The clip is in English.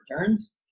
returns